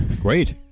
Great